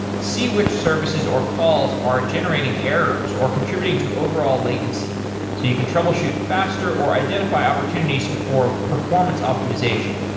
see which services or calls are generating errors or contributing to overall latency so you can troubleshoot faster or identify opportunities for performance optimization.